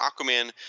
Aquaman